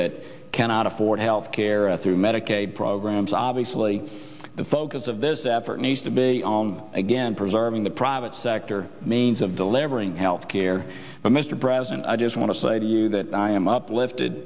that cannot afford health care at through medicaid programs obviously the focus of this effort needs to be again preserving the private sector means of delivering health care but mr president i just want to say to you that i am uplifted